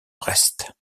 brest